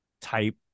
type